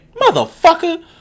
Motherfucker